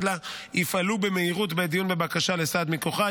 לה יפעלו במהירות בעת דיון בבקשה לסעד מכוחה,